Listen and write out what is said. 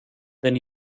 then